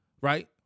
right